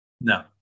No